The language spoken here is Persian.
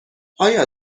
آیا